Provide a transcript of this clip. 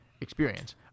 experience